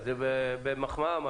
ואני אומר זאת כמחמאה.